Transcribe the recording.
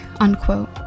unquote